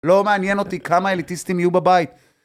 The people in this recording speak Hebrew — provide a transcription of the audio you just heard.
לא מעניין אותי כמה אליטיסטים יהיו בבית